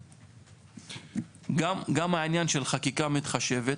גם העניין של חקיקה מתחשבת,